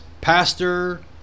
pastor